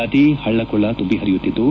ನದಿ ಹಳ್ಳಕೊಳ್ಳ ತುಂಬ ಹಹಿಯುತ್ತಿದ್ದು